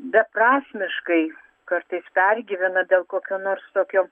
beprasmiškai kartais pergyvena dėl kokio nors tokio